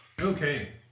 Okay